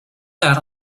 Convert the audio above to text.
that